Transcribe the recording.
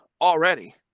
already